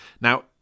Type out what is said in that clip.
Now